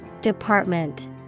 Department